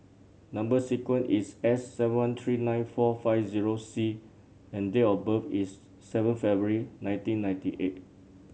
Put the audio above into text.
number sequence is S seven three nine four five zero C and date of birth is seven February nineteen ninety eight